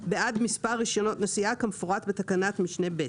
בעד מספר רישיונות נסיעה כמפורט בתקנת משנה (ב).